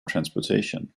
transportation